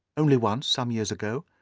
only once, some years ago.